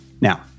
Now